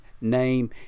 name